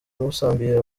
musambira